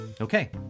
Okay